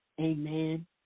amen